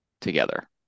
together